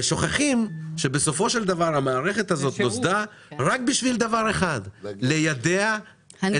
ושוכחים שבסופו של דבר המערכת הזאת נוסדה רק בשביל דבר אחד: ליידע את